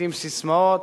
לעתים ססמאות,